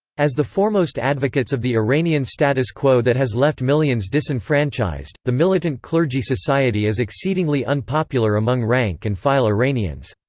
as the foremost advocates of the iranian status quo that has left millions disenfranchised, the militant clergy society is exceedingly unpopular among rank-and-file iranians.